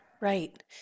Right